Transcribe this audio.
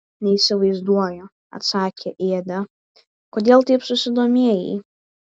neįsivaizduoju atsakė ėdė kodėl taip susidomėjai